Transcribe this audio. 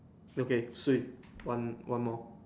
okay three one one more